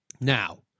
now